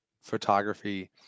photography